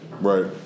right